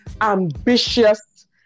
ambitious